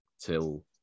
till